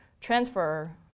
transfer